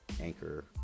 anchor